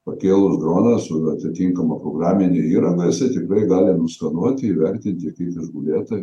pakėlus droną su atitinkama programine įranga jisai tikrai gali nuskenuoti įverti kiek išgulėta